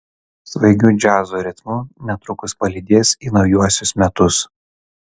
svaigiu džiazo ritmu netrukus palydės į naujuosius metus